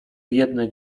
biedne